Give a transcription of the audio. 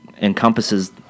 encompasses